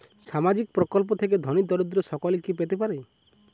সামাজিক প্রকল্প থেকে ধনী দরিদ্র সকলে কি পেতে পারে?